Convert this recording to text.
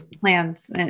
plans